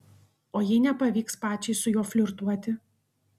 o jei nepavyks pačiai su juo flirtuoti